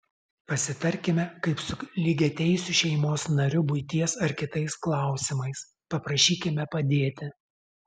pasitarkime kaip su lygiateisiu šeimos nariu buities ar kitais klausimais paprašykime padėti